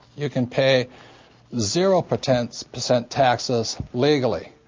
you can pay zero percent percent taxes legally,